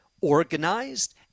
organized